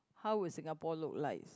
how is Singapore look likes